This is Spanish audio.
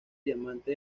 diamante